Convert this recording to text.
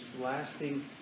blasting